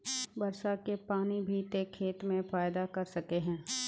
वर्षा के पानी भी ते खेत में फायदा कर सके है?